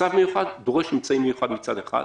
מצב מיוחד דורש אמצעים מיוחדים מצד אחד,